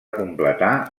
completar